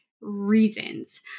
reasons